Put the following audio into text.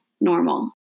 normal